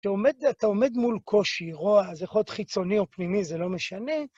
אתה עומד מול קושי, רוע, זה יכול להיות חיצוני או פנימי, זה לא משנה.